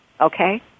okay